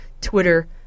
Twitter